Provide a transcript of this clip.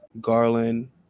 Garland